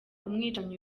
umwicanyi